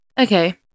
Okay